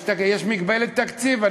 יש מגבלת תקציב,